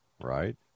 Right